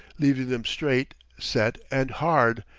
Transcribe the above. leaving them straight, set and hard,